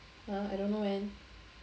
!huh! I don't know man